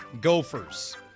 Gophers